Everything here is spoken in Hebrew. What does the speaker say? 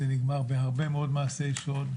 זה נגמר בהרבה מאוד מעשי שוד.